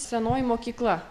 senoji mokykla